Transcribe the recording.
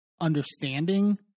understanding